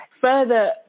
further